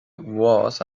was